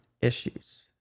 issues